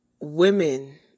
women